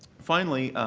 finally,